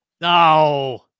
no